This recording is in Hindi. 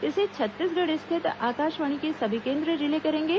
इसे छत्तीसगढ़ स्थित आकाशवाणी के सभी केंद्र रिले करेंगे